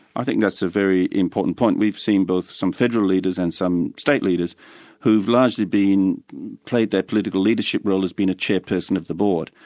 i think that's a very important point. we've seen both some federal leaders and some state leaders who've largely played their political leadership role as being a chairperson of the board,